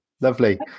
lovely